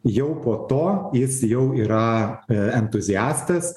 jau po to jis jau yra entuziastas